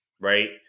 right